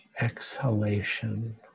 exhalation